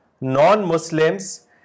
non-Muslims